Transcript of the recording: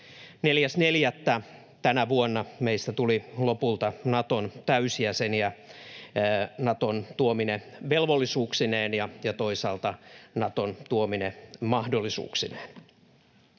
4.4. tänä vuonna meistä tuli lopulta Naton täysjäseniä Naton tuomine velvollisuuksineen ja toisaalta Naton tuomine mahdollisuuksineen.